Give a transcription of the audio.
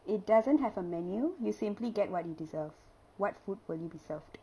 it doesn't have a menu you simply get what you deserve what food will you be served